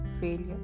failure